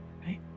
Right